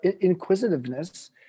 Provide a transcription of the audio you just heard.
inquisitiveness